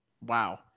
Wow